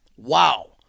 Wow